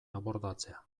abordatzea